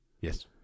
Yes